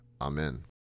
Amen